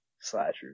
slashers